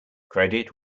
credit